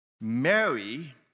Mary